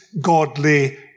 godly